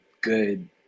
good